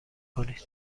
کنید